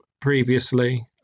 previously